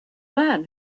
man